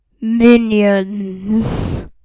Minions